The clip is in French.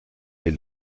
les